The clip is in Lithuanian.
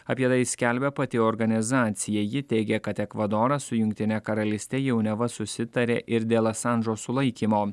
apie tai skelbia pati organizacija ji teigia kad ekvadoras su jungtine karalyste jau neva susitarė ir dėl asanžo sulaikymo